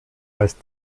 als